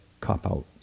cop-out